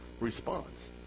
response